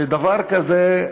ודבר כזה,